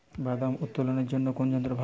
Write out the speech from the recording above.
বাদাম উত্তোলনের জন্য কোন যন্ত্র ভালো?